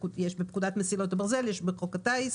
דבר דומה יש בפקודת מסילות הברזל, יש בחוק הטיס.